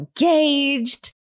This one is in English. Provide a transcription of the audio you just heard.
engaged